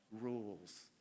rules